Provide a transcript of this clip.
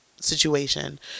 situation